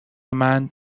مند